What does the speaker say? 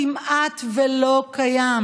כמעט לא קיים.